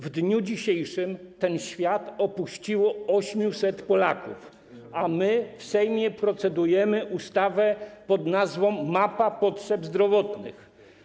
W dniu dzisiejszym ten świat opuściło 800 Polaków, a my w Sejmie procedujemy nad ustawą pod nazwą: mapa potrzeb zdrowotnych.